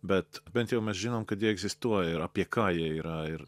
bet bent jau mes žinom kad jie egzistuoja ir apie ką jie yra ir